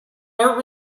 art